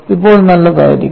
ഇപ്പോൾ നല്ലതായിരിക്കുന്നു